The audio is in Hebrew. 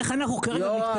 איך אנחנו מתקיימים?